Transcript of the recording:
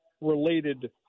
related